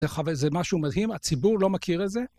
זה משהו מדהים, הציבור לא מכיר את זה.